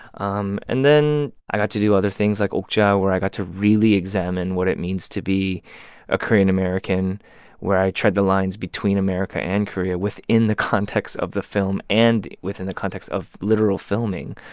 um and then i got to do other things, like okja, where i got to really examine what it means to be a korean-american, where i tread the lines between america and korea within the context of the film and within the context of literal filming.